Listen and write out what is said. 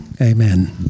amen